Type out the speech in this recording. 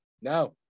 No